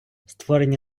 створення